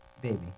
baby